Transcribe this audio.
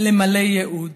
למלא ייעוד".